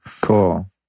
cool